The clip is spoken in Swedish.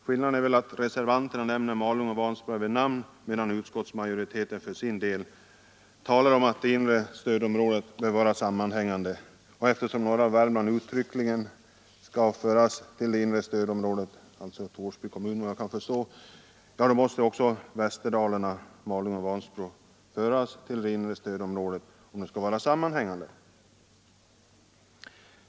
Skillnaden är väl att reservanterna nämner Malung och Vansbro vid namn medan utskottsmajoriteten för sin del talar om att det inre stödområdet bör vara sammanhängande. Eftersom norra Värmland, dvs. Torsby kommun, uttryckligen skall föras till det inre stödområdet måste också Västerdalarna, dvs. Malung och Vansbro, föras dit om det skall vara sammanhängande.